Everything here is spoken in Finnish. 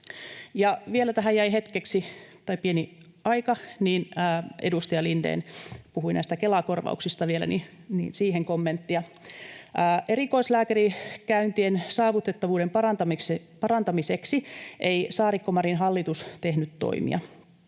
kun tähän jäi pieni aika ja edustaja Lindén puhui näistä Kela-korvauksista, niin vielä siihen kommenttia: Erikoislääkärikäyntien saavutettavuuden parantamiseksi ei Saarikon—Marinin hallitus tehnyt toimia.